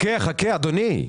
חכה, אדוני.